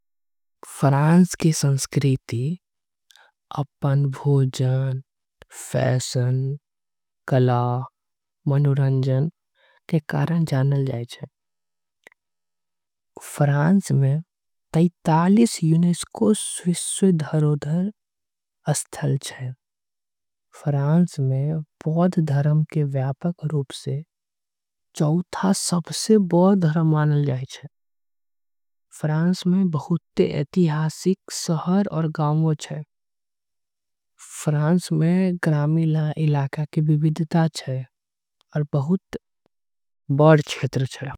फ्रांस की संस्कृति अपन भोजन फैशन कला मनोरंजन के। कारण जाने जाय छे फ्रांस में पैंतालीस यूनेस्को सुस्योधरोधर। स्थल छे फ्रांस में बौद्ध धर्म के चौथा सबसे बड़ा बौद्ध धर्म माना। जाय छे फ्रांस में बहुत ऐतिहासिक शहर आऊ गांव आऊ। ग्रामीण इलाका के विविधता हे आऊ बहुत बड़े क्षेत्र छीये।